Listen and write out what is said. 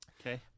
Okay